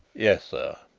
yes, sir.